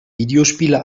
videospiele